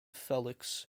felix